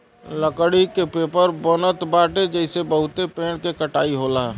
लकड़ी के पेपर बनत बाटे जेसे बहुते पेड़ के कटाई होला